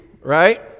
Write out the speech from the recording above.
right